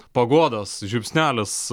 paguodos žiupsnelis